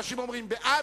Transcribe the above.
אנשים אומרים בעד,